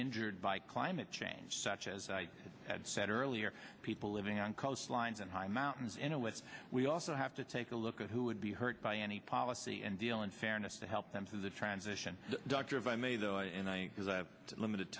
injured by climate change such as i had said earlier people living on coastlines and high mountains in a with we also have to take a look at who would be hurt by any policy and deal in fairness to help them through the transition dr if i may though and i because i have limited